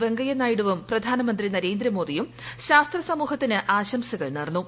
വെങ്കയ്യനായിഡുവും പ്രധാനമന്ത്രി നരേന്ദ്രമോദിയും ശാസ്ത്ര സമൂഹത്തിന് ആശംസകൾ നേർന്നു